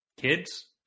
kids